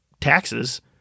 taxes